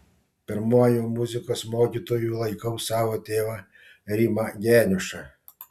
pirmuoju muzikos mokytoju laikau savo tėvą rimą geniušą